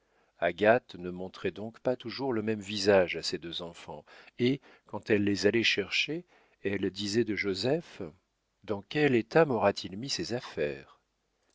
agathe ne montrait donc pas toujours le même visage à ses deux enfants et quand elle les allait chercher elle disait de joseph dans quel état maura t il mis ses affaires